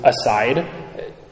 aside